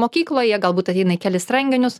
mokykloj jie galbūt ateina į kelis renginius